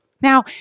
Now